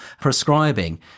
prescribing